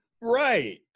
Right